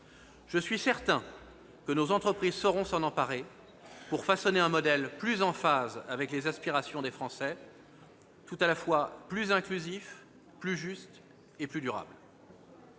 Je suis certain que nos entreprises sauront s'en emparer pour façonner un modèle plus en phase avec les aspirations des Français, c'est-à-dire plus inclusif, plus juste et plus durable.